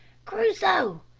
crusoe!